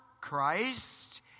Christ